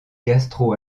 gastro